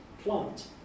plant